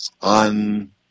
on